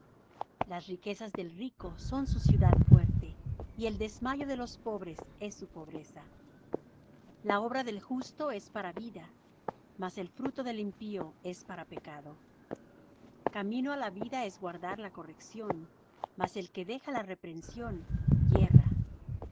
las riquezas del rico son su ciudad fuerte y el desmayo de los pobres es su pobreza la obra del justo es para vida mas el fruto del impío es para pecado camino á la vida es guardar la corrección mas el que deja la reprensión yerra